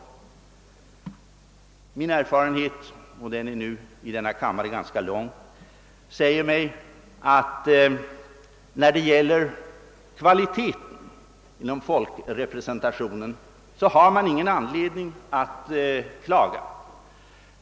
Min erfarenhet från denna kammare — och den är nu ganska lång — säger mig att man när det gäller kvaliteten inom folkrepresentationen inte har någon anledning att klaga.